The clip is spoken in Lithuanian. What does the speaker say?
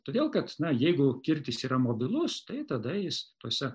todėl kad na jeigu kirtis yra mobilus tai tada jis tose